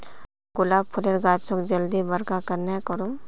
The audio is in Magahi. गुलाब फूलेर गाछोक जल्दी बड़का कन्हे करूम?